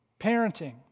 parenting